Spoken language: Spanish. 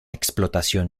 explotación